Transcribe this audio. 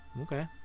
Okay